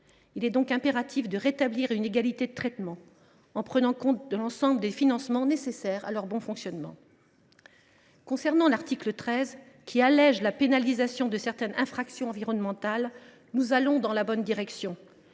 Il est impératif de rétablir une égalité de traitement en prenant en compte l’ensemble des financements nécessaires à leur bon fonctionnement. Concernant l’article 13, qui allège la pénalisation de certaines infractions environnementales, nous allons dans la bonne direction.